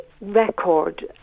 record